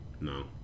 No